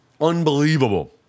unbelievable